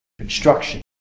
Construction